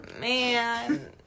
man